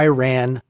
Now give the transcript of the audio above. Iran